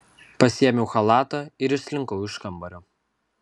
pasiėmiau chalatą ir išslinkau iš kambario